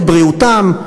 לבריאותם,